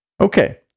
Okay